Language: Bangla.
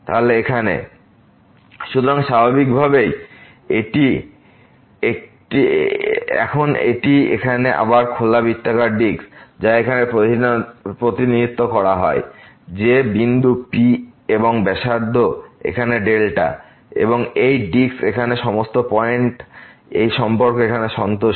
তাই এখানে NP≔xyx x02y y02δ সুতরাং স্বাভাবিকভাবেই এখন এটি এখানে আবার খোলা বৃত্তাকার ডিস্ক যা এখানে প্রতিনিধিত্ব করা হয় যে বিন্দু P এবং ব্যাসার্ধ এখানে এবং এখন এই ডিস্কে এখানে সমস্ত পয়েন্ট এই সম্পর্ক এখানে সন্তুষ্ট